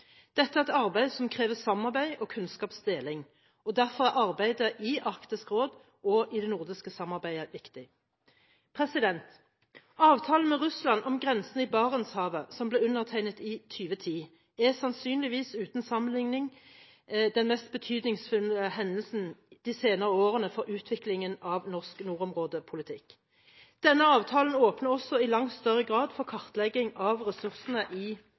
Dette er et arbeid som krever samarbeid og kunnskapsdeling, og derfor er arbeidet i Arktisk råd og i det nordiske samarbeidet viktig. Avtalen med Russland om grensen i Barentshavet, som ble undertegnet i 2010, er sannsynligvis uten sammenligning den mest betydningsfulle hendelsen de senere årene for utviklingen av norsk nordområdepolitikk. Denne avtalen åpner også i langt større grad for kartlegging av ressursene i